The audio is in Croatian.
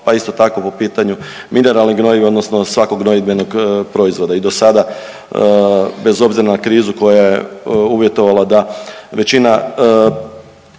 pa isto tako po pitanju mineralnih gnojiva odnosno svakog gnojidbenog proizvoda. I dosada bez obzira na krizu koja je uvjetovala da većina